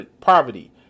poverty